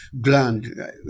gland